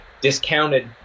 discounted